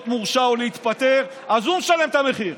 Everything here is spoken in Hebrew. מורשע או להתפטר אז הוא משלם את המחיר,